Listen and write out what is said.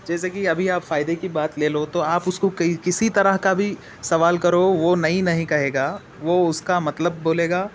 جیسے کہ ابھی آپ فائدے کی بات لے لو تو آپ اس کو کئی کسی طرح کا بھی سوال کرو وہ نہیں نہیں کہے گا وہ اس کا مطلب بولے گا